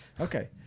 Okay